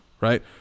right